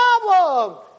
problem